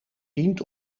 dient